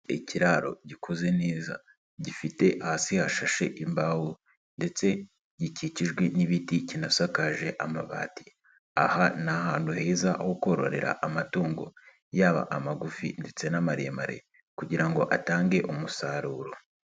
lkiraro gikozeze neza gifite hasi hashashe imbaho ,ndetse gikikijwe n'ibiti kinasakaje amabati ,aha ni ahantu heza ho kororera amatungo ,yaba amagufi ndetse n'amaremare, kugira ngo atange umusaruro.